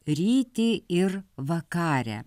rytį ir vakarę